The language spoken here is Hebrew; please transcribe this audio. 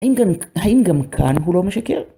האם גם... האם גם כאן הוא לא משקר?